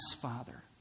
Father